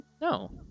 No